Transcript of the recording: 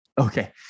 Okay